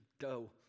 go